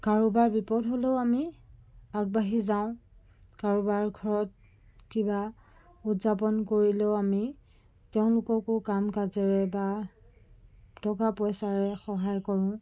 কাৰোবাৰ বিপদ হ'লেও আমি আগবাঢ়ি যাওঁ কাৰোবাৰ ঘৰত কিবা উদযাপন কৰিলেও আমি তেওঁলোককো কাম কাজেৰে বা টকা পইচাৰে সহায় কৰোঁ